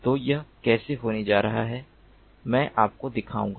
तो यह कैसे होने जा रहा है मैं आपको दिखाऊंगा